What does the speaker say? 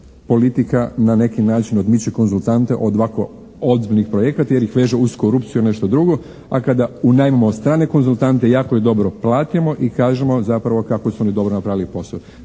politika na neki način odmiče konzultante od ovako ozbiljnih projekata ili ih veće uz korupciju nešto drugo, a kad unajmimo strane konzultante jako ih dobro platimo i kažemo zapravo kako su oni dobro napravili posao.